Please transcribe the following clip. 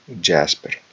Jasper